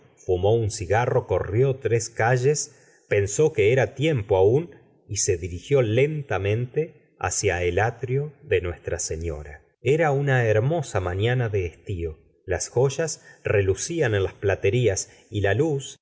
ó un cigarro corrió tres calles pensó que era tiempo aún y se dirigió lentamente hacia el atri de nues tra sefiora era una hermosa mañana de estio las joyas relucfan en las platerías y la luz